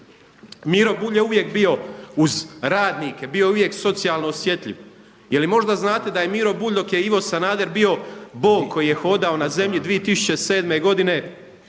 Miro Bulj je uvijek bio uz radnike, bio je uvijek socijalno osjetljiv. Je li možda znate da je Miro Bulj dok je Ivo Sanader bio Bog koji je hodao na zemlji 2007. godine